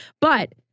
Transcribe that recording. But-